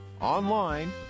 online